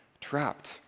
trapped